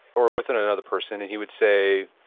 or with and another person, and he would say,